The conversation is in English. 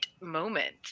moment